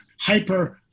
hyper